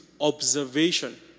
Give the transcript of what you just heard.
observation